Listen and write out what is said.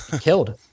killed